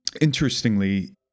Interestingly